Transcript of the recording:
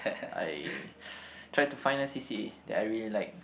I tried to find a c_c_a that I really like